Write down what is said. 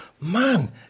man